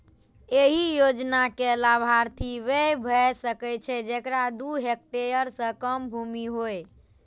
एहि योजनाक लाभार्थी वैह भए सकै छै, जेकरा दू हेक्टेयर सं कम भूमि होय